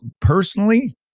Personally